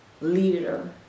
leader